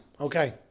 Okay